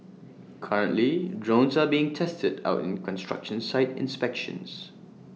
currently drones are being tested out in construction site inspections